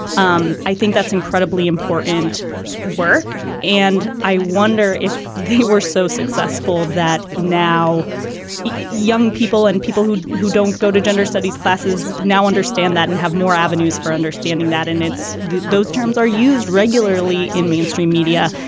um i think that's incredibly important work. and i wonder if they were so successful that now young people and people who who don't go to gender studies classes now understand that and have more avenues for understanding that in its those terms are used regularly in mainstream media.